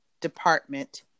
department